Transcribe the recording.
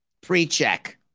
pre-check